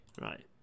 right